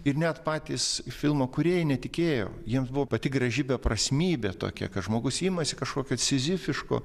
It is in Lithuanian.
ir net patys filmo kūrėjai netikėjo jiems buvo pati graži beprasmybė tokia kad žmogus imasi kažkokio cizifiško